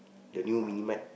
the new mini mart